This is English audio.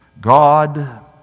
God